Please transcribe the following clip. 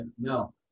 No